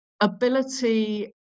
ability